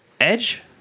edge